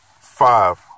Five